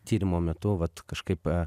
tyrimo metu vat kažkaip